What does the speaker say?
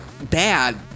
bad